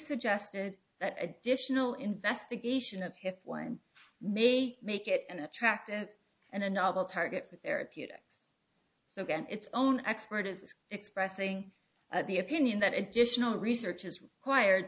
suggested that additional investigation of his wine may make it an attractive and a novel target for therapeutics so again its own expert is expressing the opinion that additional research is wired